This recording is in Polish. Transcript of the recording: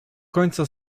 końca